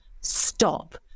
stop